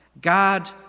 God